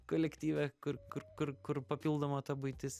kolektyve kur kur kur kur papildoma ta buitis